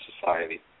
society